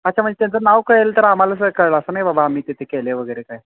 अच्छा म्हणजे त्यांचं नाव कळेल तर आम्हालाच कळलं असं नाही बाबा आम्ही तिथे केलं आहे वगैरे काय